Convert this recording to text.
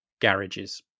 garages